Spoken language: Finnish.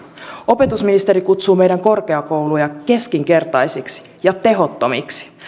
opetusministeri kutsuu meidän korkeakoulujamme keskinkertaisiksi ja tehottomiksi